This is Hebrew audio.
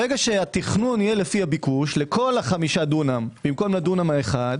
ברגע שהתכנון יהיה לפי הביקוש לכל ה-5 דונם במקום לדונם האחד,